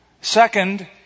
Second